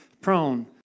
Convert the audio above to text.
prone